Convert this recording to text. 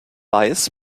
weiß